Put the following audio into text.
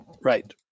Right